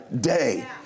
day